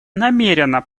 намерена